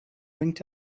winked